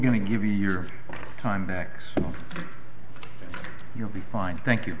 going to give me your time next you'll be fine thank you